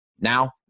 Now